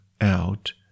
out